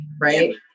right